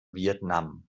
vietnam